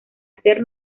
hacer